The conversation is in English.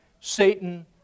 Satan